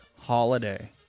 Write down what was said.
Holiday